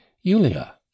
Yulia